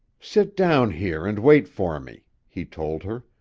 sit down here and wait for me, he told her.